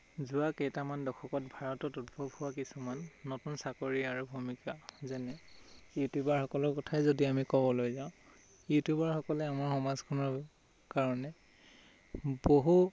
যোৱা কেইটামান দশকত ভাৰতত উদ্ভৱ হোৱা কিছুমান নতুন চাকৰি আৰু ভূমিকা যেনে ইউটিউবাৰসকলৰ কথাই যদি আমি ক'বলৈ যাওঁ ইউটিউবাৰসকলে আমাৰ সমাজখনৰ কাৰণে বহু